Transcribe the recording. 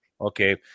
okay